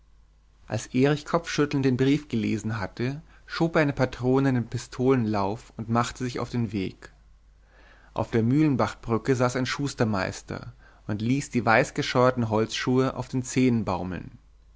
als erich kopfschüttelnd den brief gelesen hatte schob er eine patrone in den pistolenlauf und machte sich auf den weg auf der mühlenbachbrücke saß ein schustermeister und ließ die weißgescheuerten holzschuhe auf den zehen baumeln